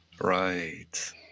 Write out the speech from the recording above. Right